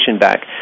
back